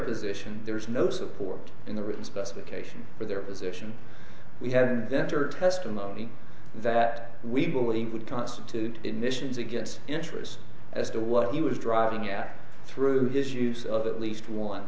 position there is no support in the written specification for their position we had better testimony that we believe would constitute ignitions against interest as to what he was driving at through his use of at least on